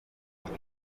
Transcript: biri